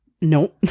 No